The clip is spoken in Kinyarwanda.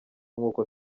nk’uko